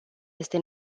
este